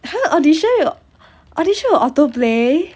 !huh! audition 有 audition 有 auto play